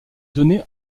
donné